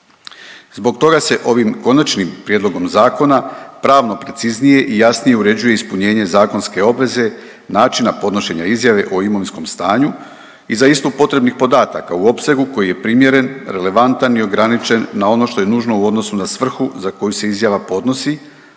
Zbog toga se ovim konačnim prijedlogom zakona pravno preciznije i jasnije uređuje ispunjenje zakonske obveze načina podnošenja izjave o imovinskom stanju i za istu potrebnih podataka u opsegu koji je primjeren, relevantan i ograničen na ono što je nužno u odnosu na svrhu za koju se izjava podnosi,